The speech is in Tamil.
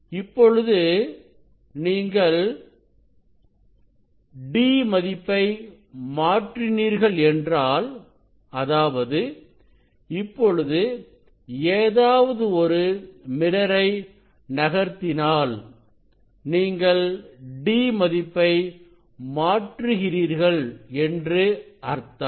இப்பொழுது நீங்கள் d மதிப்பை மாற்றினீர்கள் என்றாள் அதாவது இப்பொழுது ஏதாவது ஒரு மிரரை நகர்த்தினாள் நீங்கள் d மதிப்பை மாற்றுகிறீர்கள்என்று அர்த்தம்